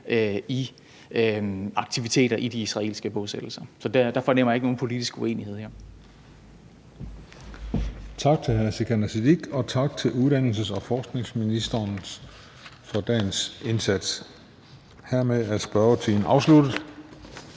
i aktiviteter i de israelske bosættelser. Så der fornemmer jeg ikke nogen politisk uenighed her. Kl. 16:40 Den fg. formand (Christian Juhl): Tak til hr. Sikandar Siddique og tak til uddannelses- og forskningsministeren for dagens indsats. Hermed er spørgetiden afsluttet.